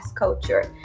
culture